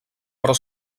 però